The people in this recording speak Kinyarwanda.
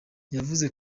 yavuze